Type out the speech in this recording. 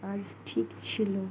আজ ঠিক ছিলো